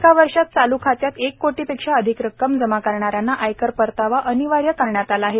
एका वर्षात चाल् खात्यात एक कोटींपेक्षा अधिक रक्कम जमा करणाऱ्यांना आयकर परतावा अनिवार्य करण्यात आला आहे